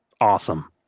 awesome